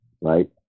right